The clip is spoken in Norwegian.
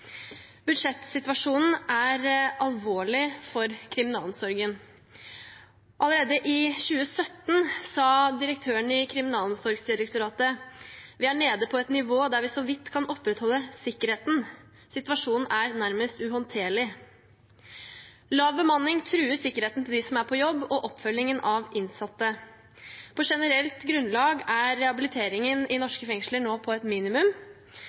Budsjettsituasjonen er alvorlig for kriminalomsorgen. Allerede i 2017 sa assisterende regiondirektør i kriminalomsorgen region vest: «Vi er nede på et nivå der vi så vidt kan opprettholde sikkerheten.» Toppledelsen uttalte: «Situasjonen er nærmest uhåndterlig.» Lav bemanning truer sikkerheten til dem som er på jobb, og oppfølgingen av innsatte. På generelt grunnlag er rehabiliteringen i norske fengsler nå på et